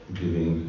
giving